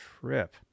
trip